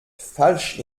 falsch